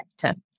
sector